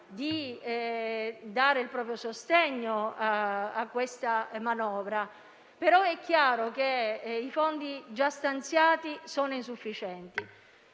di dare il proprio sostegno a questa manovra, ma è chiaro che i fondi già stanziati sono insufficienti.